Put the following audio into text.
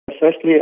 Firstly